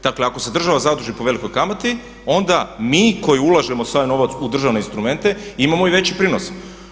Dakle, ako se država zaduži po velikoj kamati onda mi koji ulažemo sav novac u državne instrumente imamo i veći prinos.